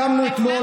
הקמנו אתמול,